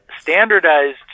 standardized